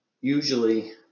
usually